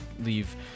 leave